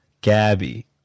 Gabby